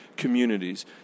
communities